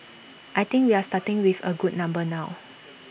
I think we are starting with A good number now